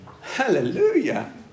Hallelujah